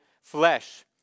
flesh